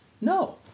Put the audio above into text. no